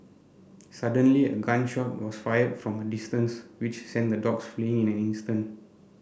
suddenly a gun shot was fired from a distance which sent the dogs fleeing in an instant